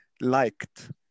liked